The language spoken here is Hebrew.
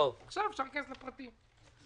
עכשיו אפשר להיכנס לפרטים.